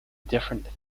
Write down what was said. different